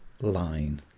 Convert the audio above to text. line